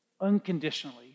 unconditionally